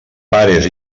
pares